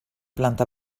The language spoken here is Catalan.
planta